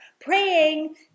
praying